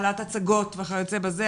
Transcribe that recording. העלאת הצגות וכיוצא בזה,